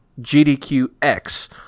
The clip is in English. GDQX